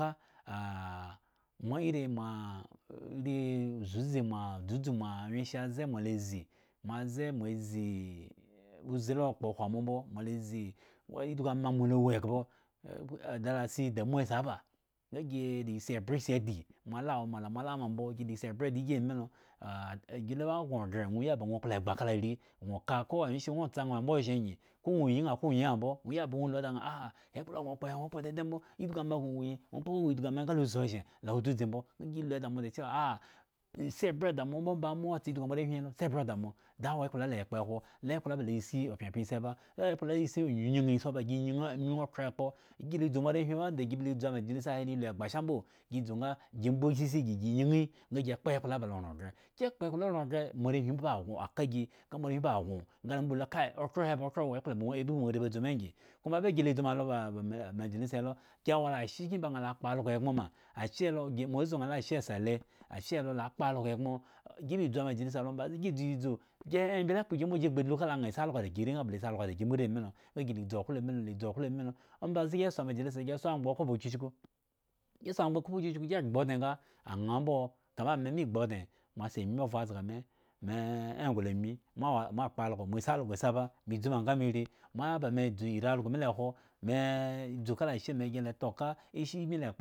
Nga kama iri maa iri zi uzi maa dzu dzu maa anwyenshe ze mo ta ta zi moze mo la zii ozi la kpo khwo amo mbo mo la zi edgu ama mo la wu eghba du la si damuwa siba nga gi si ebre si di mo wo ma laa mo la wo ma mbo gi si ebrele di gi ame lo ah gi lu ma la o go gre mwo yiya ba nwo klo egba kala ari go ka ko anwyshe mbo go tsa aa mbo ozhen nyi ko nwo yi aa ko nwo yi mbo nwo yiya ba nwo lu da aa ekpo gno kpo he nwo daidai mbo edgu ama go wu hi nwo kpo ka aa wu edgu ams he nga zi ozhen lo wu dzudzi mbo gi lu da mo cewa si ebra da mo ombomba aa mbo nwo tsa edgu moarewhi si bre da mo da wo ekplale la ba le kpokhwo ekpla le la ba le si pyepyan si ba owekpla le nyinyin si ba gi nyin okhro he e kpo dzu moarewhi la ba gi wanda gi bi lidzu ama jalisa hele lu egba sha mboo gi dzu nga gi mbo sisi gi nyin nga gi kpo ekpla la ran gre gi kpo ekplo ran gre moare ba ke gi nga moarewhi ba ga nga mo ba lula kai okhro he awo othro moare ba dzu ma ngi kuma ebe ba gi be le dzu ma helo ba majalisa lelo lawo ashe kten ba aa la kpo algo egbmo ma ashe he lo ma zu aa ma ashe sele ashe he lo la kpo algo egbmo gi bi dzu amajialisa ombaze gi dzudzu embele kpo gi mbo gi gbi lukala aa asi algo da iri ngaaa mba ba la si algo da gi rii ame lo nga gi li dzu oklo mi lo le dzu oklomi lo ombaze gi soo amajalisa gi soo agba okhpo ba chucku gi soo angba ba chuchku gi abu odne nga areaa mbo kama ame mi gbu odne mosi ami ovro zga me me nglo ami ma kpa alyo mo si algo me si ba me dzu ma nga me ri aba me dzu nga ri algo mi khjo mee dzu kala ashe me.